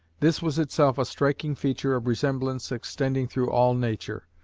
this was itself a striking feature of resemblance extending through all nature,